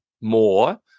more